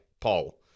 Paul